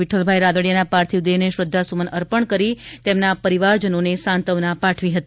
વિક્રલભાઈ રાદડીયાના પાર્થિવ દેહને શ્રદ્વાસુમન અર્પણ કરી તેમના પરિવારજનોને સાંત્વના પાઠવી હતી